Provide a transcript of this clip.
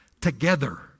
together